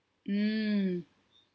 mm